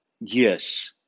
yes